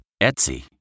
Etsy